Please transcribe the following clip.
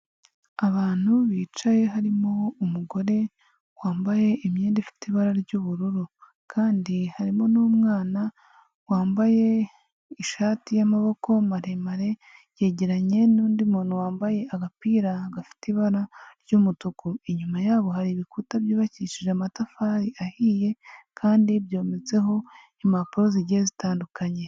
Abantu bicaye harimo umugore wambaye imyenda ifite ibara ry'ubururu kandi harimo n'umwana wambaye ishati y'amaboko maremare yegeranye nundi muntu wambaye agapira gafite ibara ry'umutuku, inyuma yabo hari ibikuta byubakishije amatafari ahiye kandi byometseho impapuro zigiye zitandukanye.